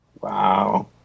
Wow